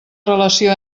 relació